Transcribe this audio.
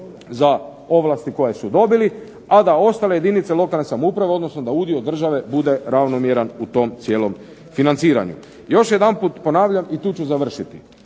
za ovlasti koje su dobili a da ostale jedinice lokalne samouprave, odnosno da udio države bude ravnomjeran u tom cijelom financiranju. Još jedanput ponavljam i tu ću završiti.